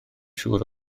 siŵr